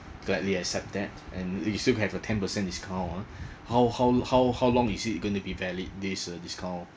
gladly accept that and you still have a ten percent discount uh how how how how long is it gonna be valid this uh discount